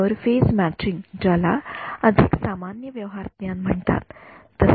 तर phase matching ज्याला अधिक सामान्य व्यव्हारज्ञान म्हणतात तसे